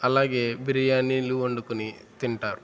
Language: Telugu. అలాగే బిర్యానీలు వండుకుని తింటారు